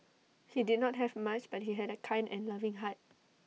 he did not have much but he had A kind and loving heart